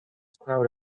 crowd